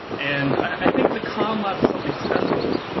and i think the khan lab is something special,